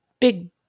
big